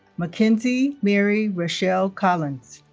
mackenzie mary rachelle collins